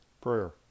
Prayer